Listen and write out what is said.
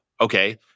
Okay